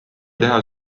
teha